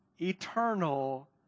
eternal